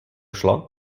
šlo